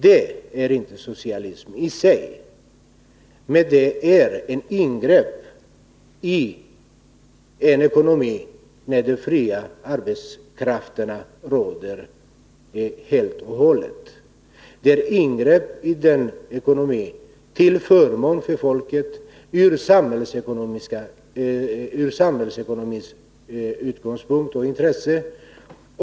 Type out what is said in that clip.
Det är inte socialism i sig, men det är ett ingrepp i en ekonomi där de fria marknadskrafterna råder helt och hållet. Det är ett ingrepp i den ekonomin till förmån för folket och för samhällsekonomin.